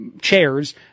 chairs